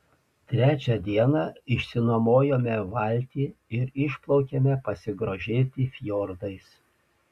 trečią dieną išsinuomojome valtį ir išplaukėme pasigrožėti fjordais